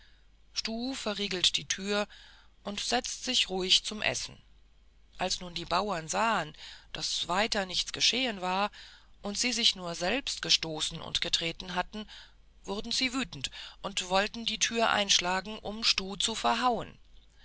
verriegelt die tür und setzt sich ruhig zum essen als nun die bauern sahen daß weiter nichts geschehen war und sie sich nur selbst gestoßen und getreten hatten wurden sie wütend und wollten die tür einschlagen um stuh zu verhauen